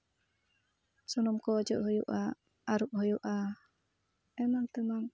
ᱥᱩᱱᱩᱢ ᱠᱚ ᱚᱡᱚᱜ ᱦᱩᱭᱩᱜᱼᱟ ᱟᱨᱩᱵ ᱦᱩᱭᱩᱜᱼᱟ ᱮᱢᱟᱱ ᱛᱮᱢᱟᱱ